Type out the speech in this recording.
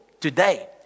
today